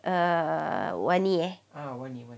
uh wani eh